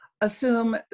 assume